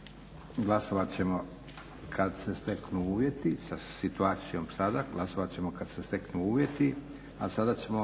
Glasovat ćemo kada se steknu uvjeti sa situacijom sada,